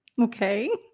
Okay